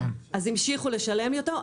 אז המשיכו לשלם לי אותו,